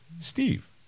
Steve